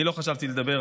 אני לא חשבתי לדבר,